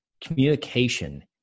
Communication